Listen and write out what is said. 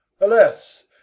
Alas